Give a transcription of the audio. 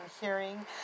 hearing